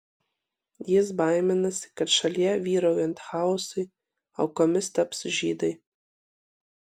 jis baiminasi kad šalyje vyraujant chaosui aukomis taps žydai